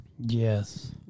Yes